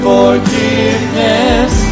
Forgiveness